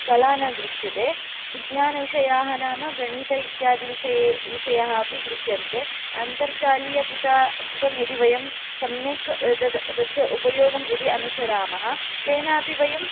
कला न गृह्यते विज्ञानविषयाः नाम गणित इत्यादि विषये विषयाः अपि गृह्यन्ते अन्तर्जालीयपट पुटं यदि वयं सम्यक् तत् तस्य उपयोगं यदि अनुसरामः तेनापि वयं